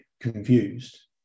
confused